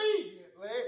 immediately